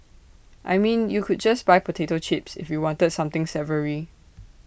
I mean you could just buy potato chips if you wanted something savoury